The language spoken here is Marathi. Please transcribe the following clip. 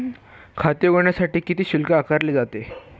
खाते उघडण्यासाठी किती शुल्क आकारले जाते?